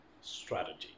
Strategy